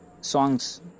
songs